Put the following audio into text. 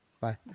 Bye